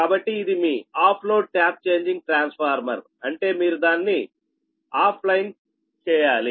కాబట్టి ఇది మీ off load tap changing transformer అంటే మీరు దాన్ని ఆఫ్ లైన్ చేయాలి